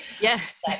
Yes